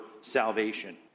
salvation